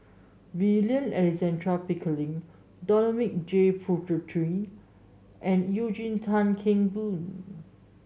William Alexander Pickering Dominic J Puthucheary and Eugene Tan Kheng Boon